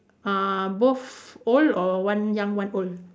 uh both old or one young one old